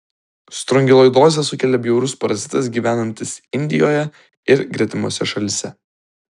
strongiloidozę sukelia bjaurus parazitas gyvenantis indijoje ir gretimose šalyse